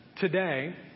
Today